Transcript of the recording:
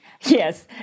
Yes